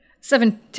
Seven